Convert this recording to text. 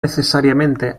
necesariamente